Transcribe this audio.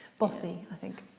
bossy i think.